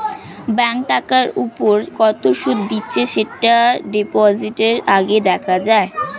bank টাকার উপর কত সুদ দিচ্ছে সেটা ডিপোজিটের আগে দেখা যায়